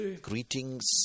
greetings